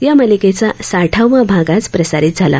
या मालिकेचा साठावा भाग आज प्रसारित झाला